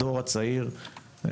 הדור הצעיר,